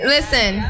Listen